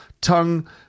tongue